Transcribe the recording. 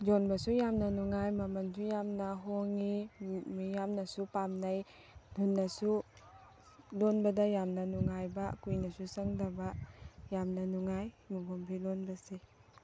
ꯌꯣꯟꯕꯁꯨ ꯌꯥꯝꯅ ꯅꯨꯡꯉꯥꯏ ꯃꯃꯟꯁꯨ ꯌꯥꯝꯅ ꯍꯣꯡꯏ ꯃꯤꯌꯥꯝꯅꯁꯨ ꯄꯥꯝꯅꯩ ꯊꯨꯅꯁꯨ ꯂꯣꯟꯕꯗ ꯌꯥꯝꯅ ꯅꯨꯡꯉꯥꯏꯕ ꯀꯨꯏꯅꯁꯨ ꯆꯪꯗꯕ ꯌꯥꯝꯅ ꯅꯨꯡꯉꯥꯏ ꯃꯣꯟꯈꯨꯝ ꯐꯤ ꯂꯣꯟꯕꯁꯦ